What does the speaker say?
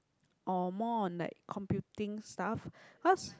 or more on like computing stuff cause